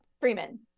freeman